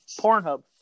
Pornhub